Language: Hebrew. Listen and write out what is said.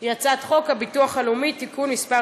היא הצעת חוק הביטוח הלאומי (תיקון מס'